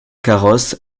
carrosse